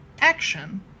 action